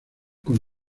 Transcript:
con